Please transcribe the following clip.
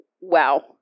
Wow